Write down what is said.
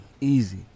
Easy